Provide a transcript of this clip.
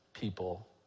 people